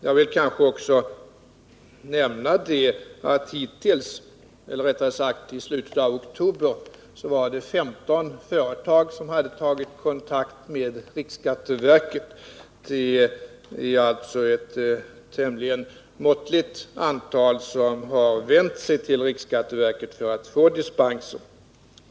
Jag vill också nämna att det i slutet av oktober var 15 företag som hade tagit kontakt med riksskatteverket. Det är alltså ett tämligen måttligt antal som har vänt sig till verket för att få dispens.